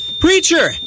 Preacher